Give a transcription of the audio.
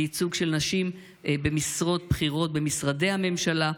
בייצוג של נשים במשרות בכירות במשרדי הממשלה.